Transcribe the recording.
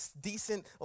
decent